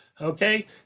okay